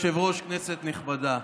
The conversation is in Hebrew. התקבלה.